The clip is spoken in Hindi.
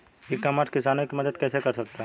ई कॉमर्स किसानों की मदद कैसे कर सकता है?